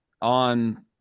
on –